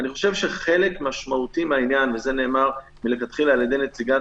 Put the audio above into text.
אני חושב שחלק משמעותי מהעניין וזה נאמר מלכתחילה על ידי נציגת